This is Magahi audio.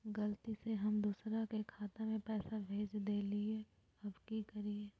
गलती से हम दुसर के खाता में पैसा भेज देलियेई, अब की करियई?